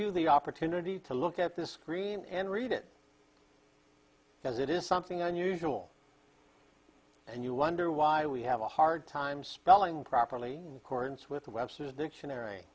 you the opportunity to look at the screen and read it because it is something unusual and you wonder why we have a hard time spelling properly accordance with webster's dictionary